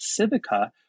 Civica